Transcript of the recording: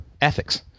ethics